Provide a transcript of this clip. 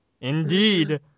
Indeed